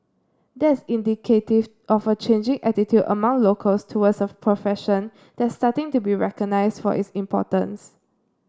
that's indicative of a changing attitude among locals towards a profession that's starting to be recognised for its importance